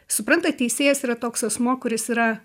suprantat teisėjas yra toks asmuo kuris yra